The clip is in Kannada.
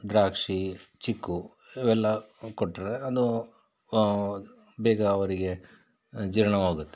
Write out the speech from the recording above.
ದ್ರಾಕ್ಷಿ ಚಿಕ್ಕು ಇವೆಲ್ಲ ಕೊಟ್ಟರೆ ಅದು ಬೇಗ ಅವರಿಗೆ ಜೀರ್ಣವಾಗುತ್ತೆ